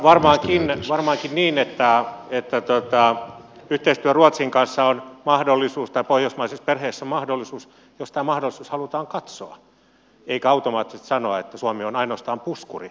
mutta varmaankin niin että yhteistyö ruotsin kanssa on mahdollisuus tai pohjoismaisessa perheessä on mahdollisuus jos tämä mahdollisuus halutaan katsoa eikä automaattisesti sanoa että suomi on ainoastaan puskurimaa